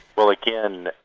well again,